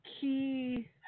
key